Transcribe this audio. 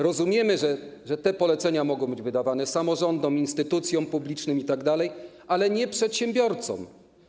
Rozumiemy, że te polecenia mogą być wydawane samorządom, instytucjom publicznym itd., ale nie przedsiębiorcom.